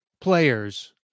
players